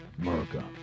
America